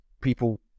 people